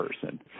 person